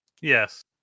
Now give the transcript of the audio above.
yes